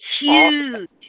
Huge